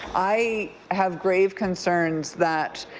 i have grave concerns that